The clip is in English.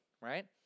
Right